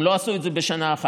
הם לא עשו את זה בשנה אחת,